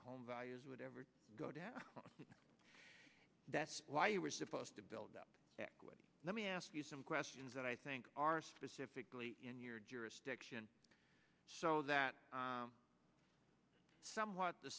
home values would ever go to that's why you were supposed to build up equity let me ask you some questions that i i think are specifically in your jurisdiction so that somewhat the